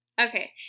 Okay